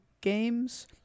games